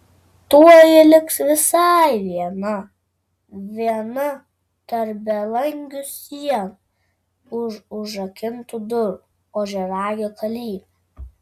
tuoj ji liks visai viena viena tarp belangių sienų už užrakintų durų ožiaragio kalėjime